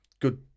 good